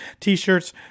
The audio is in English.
T-shirts